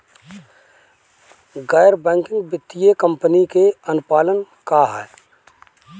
गैर बैंकिंग वित्तीय कंपनी के अनुपालन का ह?